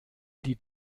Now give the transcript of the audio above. die